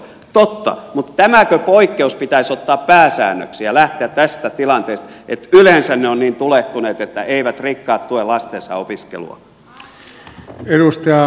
totta mutta tämäkö poikkeus pitäisi ottaa pääsäännöksi ja lähteä tästä tilanteesta että yleensä ne ovat niin tulehtuneet että rikkaat eivät tue lastensa opiskelua